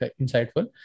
insightful